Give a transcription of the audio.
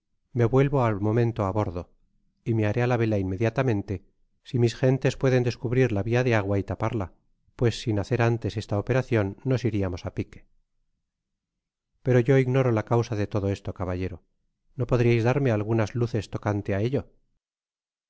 me vuelvo al momento á bordo y me daré á la vela inmediatamente si mis gentes pueden descubrir la via de agua y taparla pues sin hacer antes esta operacion nos iriamos á pique pero yo ignoro la causa de todo esto caballero no podriais darme algunas luces tocante á ello